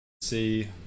see